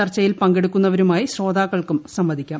ചർച്ചയിൽ പങ്കെടുക്കുന്നവരുമായി ശ്രോതാക്കൾക്കും സംവദിക്കാം